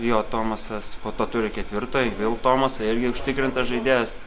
jo tomasas po to turi ketvirtą ir vėl tomasą irgi užtikrintas žaidėjas